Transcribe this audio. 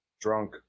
Drunk